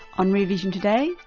on rear vision today,